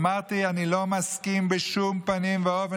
אמרתי: אני לא מסכים בשום פנים ואופן